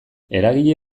eragile